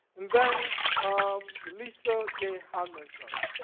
and then um lisa gay hamilton.